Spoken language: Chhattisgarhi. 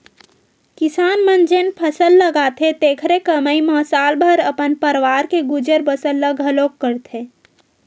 किसान मन जेन फसल लगाथे तेखरे कमई म साल भर अपन परवार के गुजर बसर ल घलोक करथे